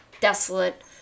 desolate